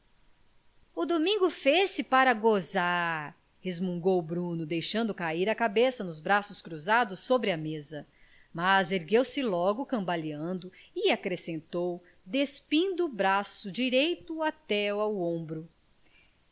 o domingo fez-se pra gozar resmungou o bruno deixando cair a cabeça nos braços cruzados sobre a mesa mas ergueu-se logo cambaleando e acrescentou despindo o braço direito até o ombro